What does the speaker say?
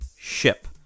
ship